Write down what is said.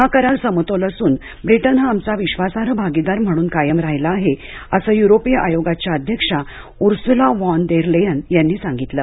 हा करार समतोल असून ब्रिटन हा आमचा विश्वासार्ह भागीदार म्हणून कायम राहिला आहे असं युरोपीय आयोगाच्या अध्यक्षा उर्सुला व्हॉन देर लेयन यांनी सांगितलं